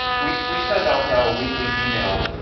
we we send out now a weekly email